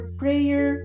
prayer